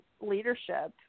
leadership